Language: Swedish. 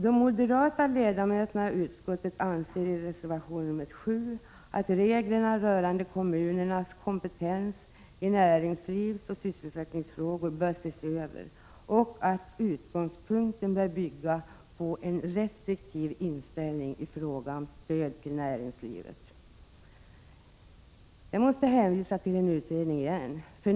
De moderata ledamöterna i utskottet anser i reservation nr 7 att reglerna rörande kommunernas kompetens i näringslivsoch sysselsättningsfrågor bör ses över och att utgångspunkten i detta arbete bör bygga på en restriktiv inställning i fråga om stöd till näringslivet. Jag måste nu hänvisa till ytterligare en utredning.